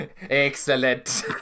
Excellent